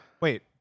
Wait